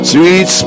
Sweet